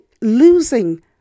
losing